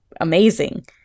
Amazing